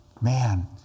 Man